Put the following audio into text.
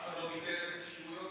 אף אחד לא ביטל את הכשירויות האלה.